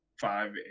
five